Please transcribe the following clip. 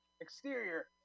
Exterior